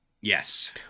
Yes